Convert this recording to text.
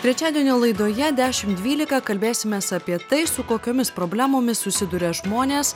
trečiadienio laidoje dešimt dvylika kalbėsimės apie tai su kokiomis problemomis susiduria žmonės